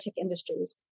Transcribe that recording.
industries